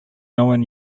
known